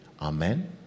Amen